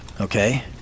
Okay